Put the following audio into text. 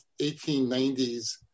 1890s